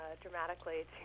dramatically